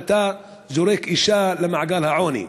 כשאתה זורק אישה למעגל העוני,